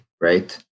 right